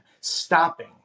stopping